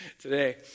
Today